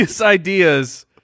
ideas